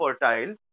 fertile